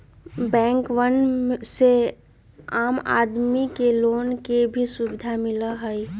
बैंकवन से आम आदमी के लोन के भी सुविधा मिला हई